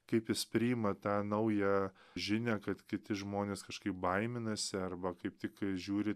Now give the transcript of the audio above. kaip jis priima tą naują žinią kad kiti žmonės kažkaip baiminasi arba kaip tik žiūri